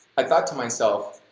i thought to myself,